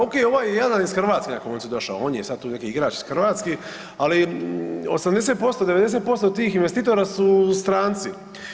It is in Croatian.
O.k. ovaj je jadan iz Hrvatske na koncu došao, on je sad tu neki igrač hrvatski, ali 80%, 90% tih investitora su stranci.